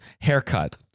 haircut